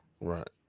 Right